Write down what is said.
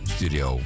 Studio